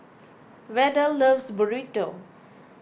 Verdell loves Burrito